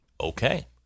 Okay